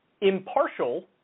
impartial